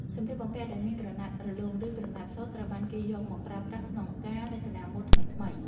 សម្លៀកបំពាក់ដែលមានក្រណាត់រលោង ឬក្រណាត់សូត្រត្រូវបានគេយកមកប្រើប្រាស់ក្នុងការរចនាម៉ូដថ្មីៗ។